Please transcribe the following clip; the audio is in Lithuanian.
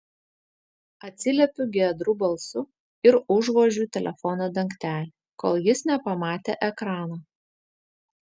atsiliepiu giedru balsu ir užvožiu telefono dangtelį kol jis nepamatė ekrano